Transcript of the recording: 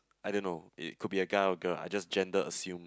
I don't know it could be a guy or a girl I just gender assume